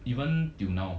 even till now